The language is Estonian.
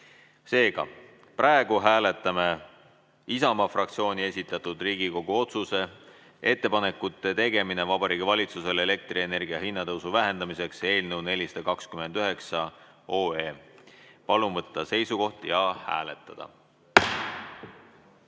Seega, praegu hääletame Isamaa fraktsiooni esitatud Riigikogu otsuse "Ettepanekute tegemine Vabariigi Valitsusele elektrienergia hinnatõusu vähendamiseks" eelnõu 429. Palun võtta seisukoht ja hääletada!